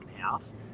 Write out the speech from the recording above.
house